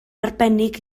arbennig